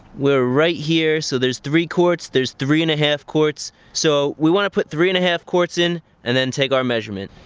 we're right here, so there's three quarts, there's three and a half quarts, so we want to put three and a half quarts in and then take our measurement.